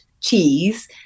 cheese